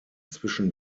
zwischen